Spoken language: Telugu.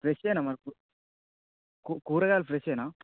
ఫ్రెష్ ఏనా మనకు కూరగాయలు ఫ్రెష్ ఏనా